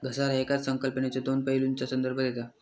घसारा येकाच संकल्पनेच्यो दोन पैलूंचा संदर्भ देता